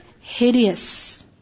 Hideous